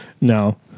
No